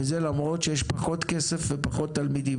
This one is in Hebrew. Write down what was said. וזה למרות שיש פחות כסף ותלמידים.